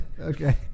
Okay